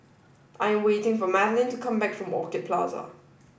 I'm waiting for Madelyn to come back from Orchid Plaza